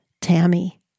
Tammy